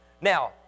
Now